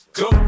go